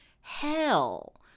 hell